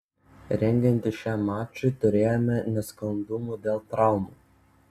rengiantis šiam mačui turėjome nesklandumų dėl traumų